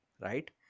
right